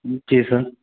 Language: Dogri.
जी सर